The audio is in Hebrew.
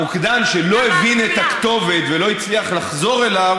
המוקדן שלא הבין את הכתובת ולא הצליח לחזור אליו,